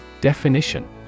Definition